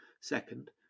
Second